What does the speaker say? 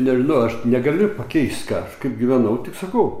nežinau aš negaliu pakeist ką aš kaip gyvenau tik sakau